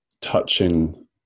touching